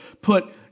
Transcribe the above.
put